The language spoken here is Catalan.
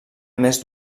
més